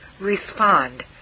respond